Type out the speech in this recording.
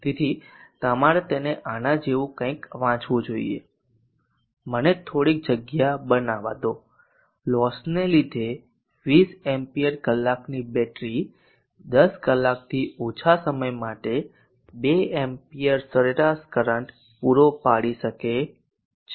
તેથી તમારે તેને આના જેવું કંઈક વાંચવું જોઈએ મને થોડીક જગ્યા બનાવવા દો લોસને લીધે 20 એમ્પીયર કલાકની બેટરી 10 કલાકથી ઓછા સમય માટે 2 amps સરેરાશ કરંટ પૂરો પાડી શકે છે